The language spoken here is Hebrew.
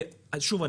שוב,